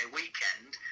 weekend